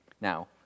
Now